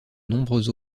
nombreux